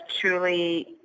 truly